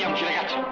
chance